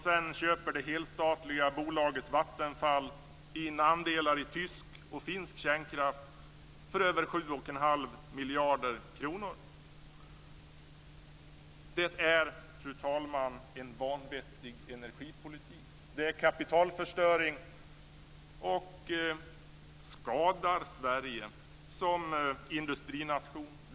Sedan köper det helstatliga bolaget Vattenfall in andelar i tysk och finsk kärnkraft för över 7 1⁄2 miljarder kronor. Det är, fru talman, en vanvettig energipolitik. Det är kapitalförstöring, och det skadar Sverige som industrination.